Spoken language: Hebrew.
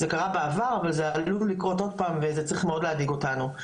זה קרה בעבר אבל זה עלול לקרות עוד פעם וזה צריך מאוד להדאיג אותנו.